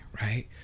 right